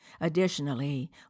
Additionally